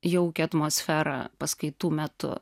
jaukią atmosferą paskaitų metu